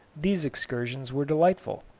these excursions were delightful.